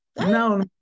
no